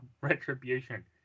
Retribution